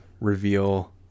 reveal